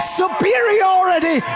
superiority